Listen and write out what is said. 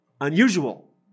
unusual